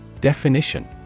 Definition